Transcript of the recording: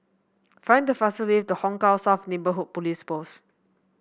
find the fastest way to Hong Kah South Neighbourhood Police Post